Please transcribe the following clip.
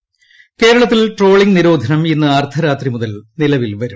ന് കേരളത്തിൽ ട്രോളിങ് നീരോധനം ഇന്ന് അർധരാത്രി മുതൽ നിലവിൽ വരും